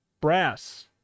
Brass